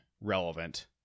relevant